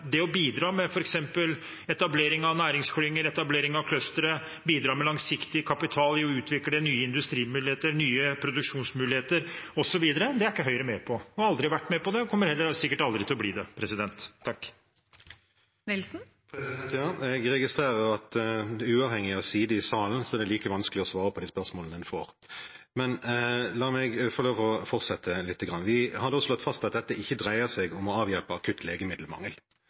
det å bidra til f.eks. etablering av næringsklynger, etablering av clustre, bidra med langsiktig kapital for å utvikle nye industrimuligheter, nye produksjonsmuligheter osv. er ikke Høyre med på, har aldri vært med på og kommer sikkert heller aldri til å bli det. Jeg registrerer at uavhengig av side i salen er det like vanskelig å svare på de spørsmålene en får. Men la meg få lov til å fortsette litt. Vi har slått fast at dette ikke dreier seg om å avhjelpe akutt legemiddelmangel,